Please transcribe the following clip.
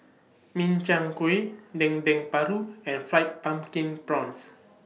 Min Chiang Kueh Dendeng Paru and Fried Pumpkin Prawns